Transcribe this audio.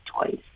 toys